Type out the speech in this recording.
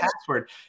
password